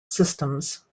systems